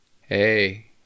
Hey